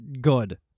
good